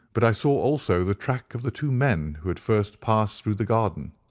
but i saw also the track of the two men who had first passed through the garden.